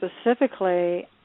specifically